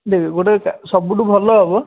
ଦେଖ ଗୋଟେ ସବୁଠୁ ଭଲ ହେବ